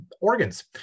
organs